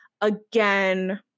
again